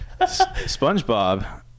spongebob